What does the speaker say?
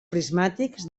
prismàtics